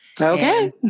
Okay